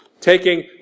Taking